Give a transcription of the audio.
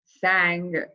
sang